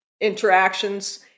interactions